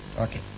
Okay